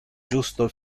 justo